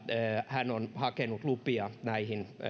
hän on hakenut lupia näihin